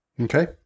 okay